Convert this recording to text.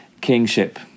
kingship